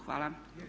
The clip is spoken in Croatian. Hvala.